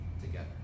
Together